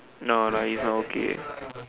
no no he's not okay